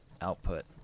output